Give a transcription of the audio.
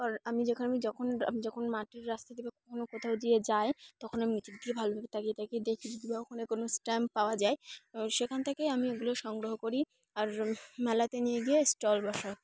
পর আমি যেখন আমি যখন যখন মাটির রাস্তা দিয়ে কখনও কোথাও দিয়ে যাই তখন আমি নিচের দিকে ভালোভাবে তাকিয়ে তাকিয়ে দেখি যদি বা ওখানে কোনো স্ট্যাম্প পাওয়া যায় সেখান থেকেই আমি ওগুলো সংগ্রহ করি আর মেলাতে নিয়ে গিয়ে স্টল বসাই